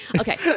Okay